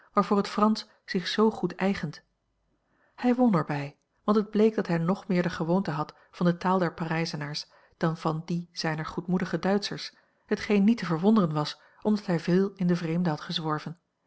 waarvoor het fransch zich zoo goed eigent hij won er bij want het bleek dat hij nog meer de gewoonte had van de taal der parijzenaars dan van die zijner goedmoedige duitschers hetgeen niet te verwonderen was omdat hij veel in den vreemde had gezworven